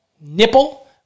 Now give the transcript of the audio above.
nipple